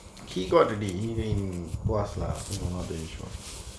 he got already even in was lah for the know the issue